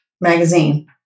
magazine